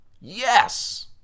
Yes